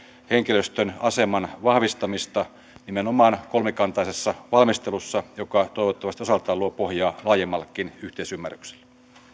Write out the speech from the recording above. henkilöstön aseman vahvistamista nimenomaan kolmikantaisessa valmistelussa joka toivottavasti osaltaan luo pohjaa laajemmallekin yhteisymmärrykselle